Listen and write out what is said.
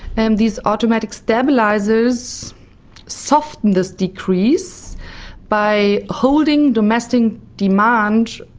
and these automatic stabilisers soften this decrease by holding domestic demand